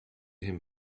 him